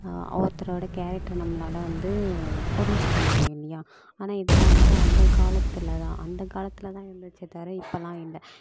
ஒவ்வொருத்தரோட கேரக்டரை நம்மளால் வந்து புரிஞ்சிக்க முடியும் இல்லையா ஆனால் இதில் வந்து அந்த காலத்தில் தான் அந்த காலத்தில் தான் இருந்துச்சே தவர இப்போல்லாம் இல்லை